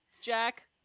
Jack